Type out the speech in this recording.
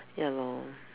ya lor mm